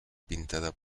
pintada